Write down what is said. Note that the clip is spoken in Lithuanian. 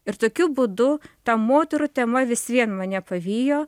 ir tokiu būdu ta moterų tema vis vien mane pavijo